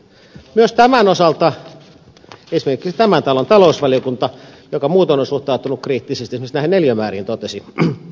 myös tämän osalta esimerkiksi tämän talon talousvaliokunta joka muutoin on suhtautunut kriittisesti esimerkiksi näihin neliömääriin totesi